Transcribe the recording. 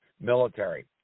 military